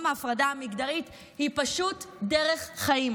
ההפרדה המגדרית היא פשוט דרך חיים.